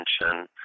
attention